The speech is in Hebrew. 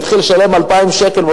הוא התחיל לשלם 2,000 שקלים,